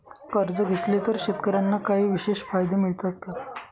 कर्ज घेतले तर शेतकऱ्यांना काही विशेष फायदे मिळतात का?